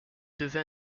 devint